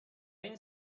این